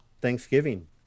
thanksgiving